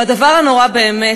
והדבר הנורא באמת,